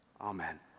Amen